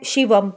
Shivam